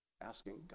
asking